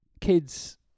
kids